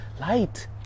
light